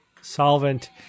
solvent